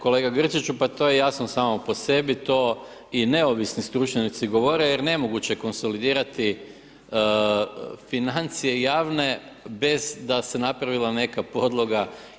Kolega Grčiću, pa to je jasno samo po sebi, to i neovisni stručnjaci govore jer nemoguće konsolidirati financije javne bez da se napravila neka podloga.